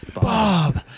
Bob